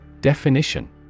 Definition